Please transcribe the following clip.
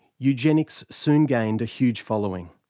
eugenics soon gained a hugefollowing.